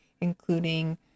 including